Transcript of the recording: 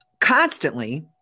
constantly